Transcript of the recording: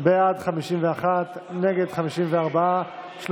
קבוצת סיעת יהדות התורה וקבוצת סיעת